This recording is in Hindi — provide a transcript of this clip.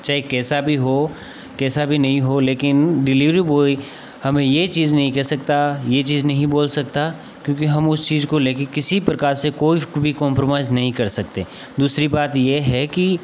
चाहे कैसा भी हो कैसा भी नहीं हो लेकिन डिलीवरी बॉय हमें यह चीज़ नहीं कह सकता यह चीज़ नहीं बोल सकता क्योंकि हम उस चीज़ को लेकर किसी प्रकार से कोई भी कंप्रोमाइज़ नहीं कर सकते दूसरी बात यह है कि